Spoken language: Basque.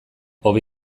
hobe